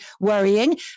worrying